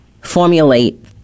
formulate